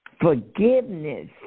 forgiveness